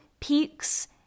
peaks